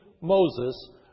Moses